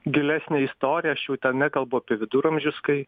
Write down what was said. gilesnę istoriją aš jau ten nekalbu apie viduramžius kai